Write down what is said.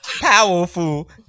powerful